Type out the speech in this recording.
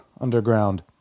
underground